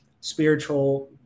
spiritual